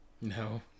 No